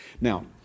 Now